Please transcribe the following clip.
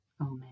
Amen